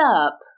up